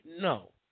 No